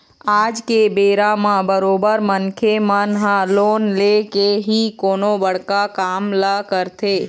आज के बेरा म बरोबर मनखे मन ह लोन लेके ही कोनो बड़का काम ल करथे